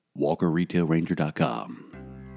WalkerRetailRanger.com